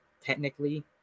technically